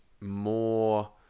more